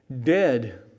dead